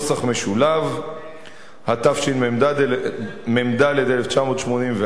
התשמ"ד 1984,